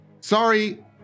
sorry